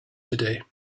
today